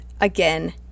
again